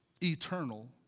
Eternal